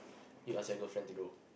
you ask your girlfriend to do